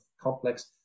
complex